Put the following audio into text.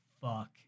fuck